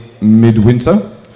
Midwinter